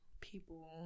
people